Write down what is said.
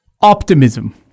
Optimism